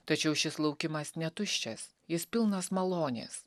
tačiau šis laukimas ne tuščias jis pilnas malonės